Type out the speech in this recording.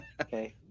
Okay